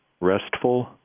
Restful